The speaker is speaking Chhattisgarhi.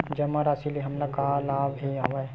जमा राशि ले हमला का का लाभ हवय?